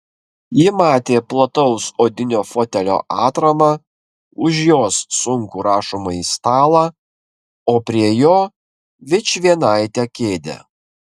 ji matė plataus odinio fotelio atramą už jos sunkų rašomąjį stalą o prie jo vičvienaitę kėdę